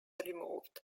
removed